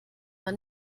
war